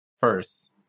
first